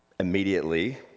Immediately